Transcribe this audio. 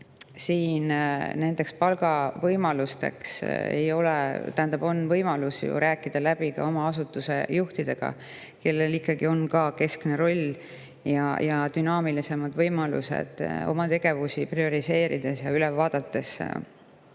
nii edasi. Palgavõimaluste puhul on võimalus ju rääkida läbi ka oma asutuse juhtidega, kellel ikkagi on keskne roll ja dünaamilisemad võimalused oma tegevusi prioriseerides ja üle vaadates